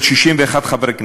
של 61 חברי כנסת,